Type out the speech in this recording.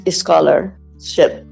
scholarship